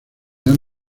han